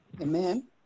Amen